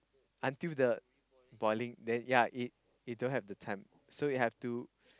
until the boiling then yea it you don't have the time so you have to